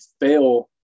fail